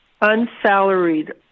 unsalaried